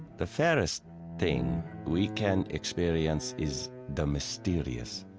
the fairest thing we can experience is the mysterious.